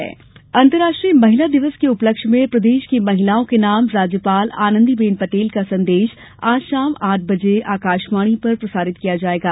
आनंदीबेन पटेल अंतर्राष्ट्रीय महिला दिवस के उपलक्ष्य पर महिलाओं के नाम राज्यपाल आनंदीबेन पटेल का संदेश आज शाम आठ बजे आकाशवाणी पर प्रसारित किया जायेगा